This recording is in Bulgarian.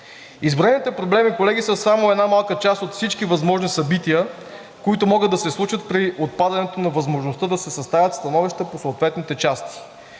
Изброените проблеми, колеги, са само една малка част от всички възможни събития, които могат да се случат при отпадането на възможността, да се съставят становища по съответните части.